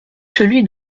celui